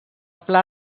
pla